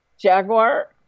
Jaguar